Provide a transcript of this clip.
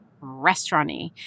restaurant-y